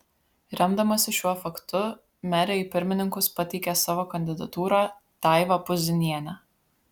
remdamasi šiuo faktu merė į pirmininkus pateikė savo kandidatūrą daivą puzinienę